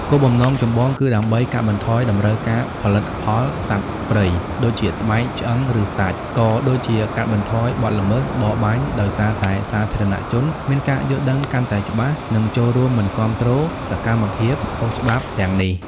គោលបំណងចម្បងគឺដើម្បី កាត់បន្ថយតម្រូវការផលិតផលសត្វព្រៃ ដូចជាស្បែក ឆ្អឹង ឬសាច់ ក៏ដូចជា កាត់បន្ថយបទល្មើស បរបាញ់ ដោយសារតែសាធារណជនមានការយល់ដឹងកាន់តែច្បាស់ និងចូលរួមមិនគាំទ្រសកម្មភាពខុសច្បាប់ទាំងនេះ។